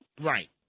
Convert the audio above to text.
Right